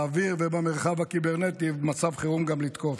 באוויר ובמרחב הקיברנטי, ובמצב חירום גם לתקוף.